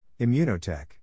Immunotech